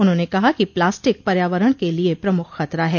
उन्होंने कहा कि प्लास्टिक पर्यावरण के लिये प्रमुख खतरा हैं